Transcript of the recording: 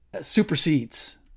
supersedes